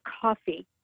coffee